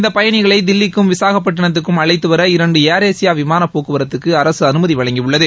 இந்த பயணிகளை தில்லிக்கும் விசாகப்பட்டினத்துக்கும் அழைத்துவர இரண்டு ஏர் ஏஷியா விமான போக்குவரத்துக்கு அரசு அனுமதி வழங்கியுள்ளது